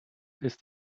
ist